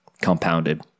compounded